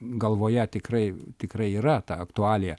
galvoje tikrai tikrai yra ta aktualija